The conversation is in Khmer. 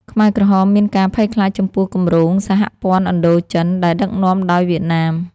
ខ្មែរក្រហមមានការភ័យខ្លាចចំពោះគម្រោង «សហព័ន្ធឥណ្ឌូចិន» ដែលដឹកនាំដោយវៀតណាម។